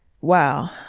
wow